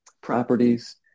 properties